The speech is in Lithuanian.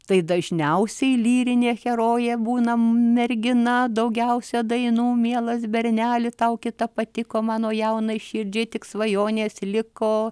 tai dažniausiai lyrinė herojė būna mergina daugiausia dainų mielas berneli tau kita patiko mano jaunai širdžiai tik svajonės liko